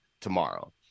tomorrow